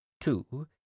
two